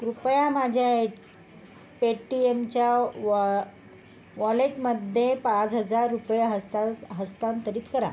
कृपया माझ्या ए पे टी एमच्या वॉ वॉलेटमध्ये पाच हजार रुपये हस्तां हस्तांतरित करा